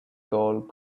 gold